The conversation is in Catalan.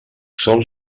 sol